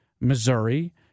Missouri